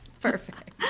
perfect